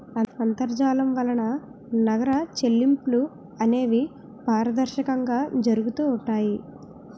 అంతర్జాలం వలన నగర చెల్లింపులు అనేవి పారదర్శకంగా జరుగుతూ ఉంటాయి